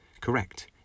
Correct